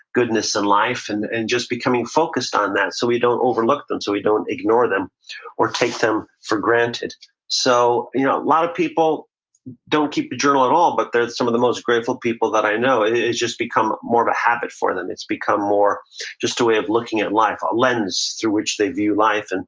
goodness in life and and just becoming focused on that, so we don't overlook them, so we don't ignore them or take them for granted so you know a lot of people don't keep the journal at all, but they're some of the most grateful people that i know. it's just become more of a habit for them. it's become more just a way of looking at life, a lens through which they view life. and